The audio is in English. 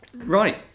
right